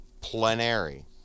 Plenary